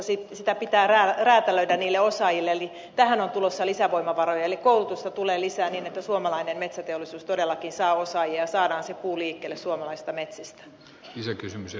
sitä pitää räätälöidä niille osaajille eli tähän on tulossa lisävoimavaroja ja koulutusta tulee lisää niin että suomalainen metsäteollisuus todellakin saa osaajia ja saadaan se puu liikkeelle suomalaisista metsistä